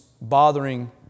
bothering